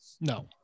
No